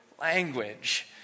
language